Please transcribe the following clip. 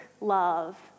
love